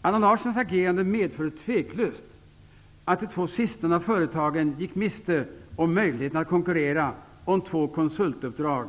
Allan Larssons agerande medförde utan tvivel att de två sistnämnda företagen gick miste om möjligheten att konkurrera om två konsultuppdrag,